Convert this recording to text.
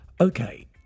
Okay